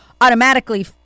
automatically